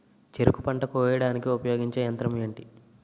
చెరుకు పంట కోయడానికి ఉపయోగించే యంత్రం ఎంటి?